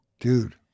dude